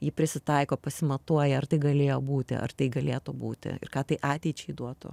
ji prisitaiko pasimatuoja ar tai galėjo būti ar tai galėtų būti ir ką tai ateičiai duotų